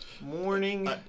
morning